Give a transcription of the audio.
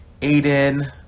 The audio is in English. Aiden